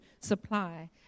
supply